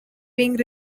being